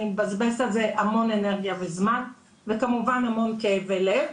אני מבזבזת על זה המון אנרגיה וזמן וכמובן המון כאבי לב,